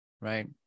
right